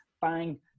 bang